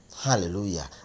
hallelujah